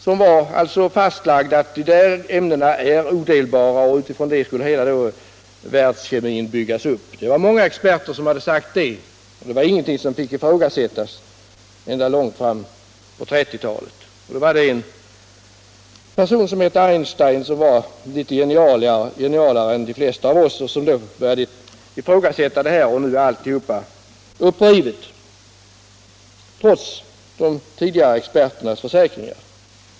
Det var alltså fastlagt att de var odelbara, och utifrån det skulle hela världskemin byggas upp. Många experter hade sagt det, och det var ingenting som fick ifrågasättas — så var det ända långt fram på 1930-talet. Då var det en person vid namn Einstein som var litet mer genial än de flesta av oss, som började ifrågasätta detta — och nu är allt detta upprivet, trots de tidigare experternas försäkringar.